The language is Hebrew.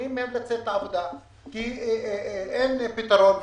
מונעים מהם לצאת לעבודה כי אין פתרון,